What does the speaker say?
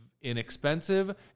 inexpensive